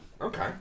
okay